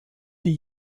die